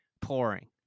pouring